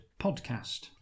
podcast